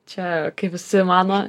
čia kaip visi mano